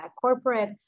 corporate